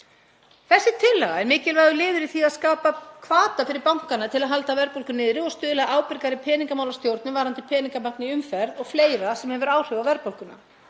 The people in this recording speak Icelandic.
Þessi tillaga er mikilvægur liður í því að skapa hvata fyrir bankana til að halda verðbólgu niðri og stuðlar að ábyrgari peningamálastjórn varðandi peningamagn í umferð og fleira sem hefur áhrif á verðbólguna.